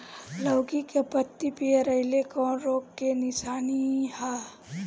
लौकी के पत्ति पियराईल कौन रोग के निशानि ह?